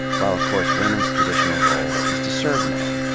while of course women's traditional role is to serve men,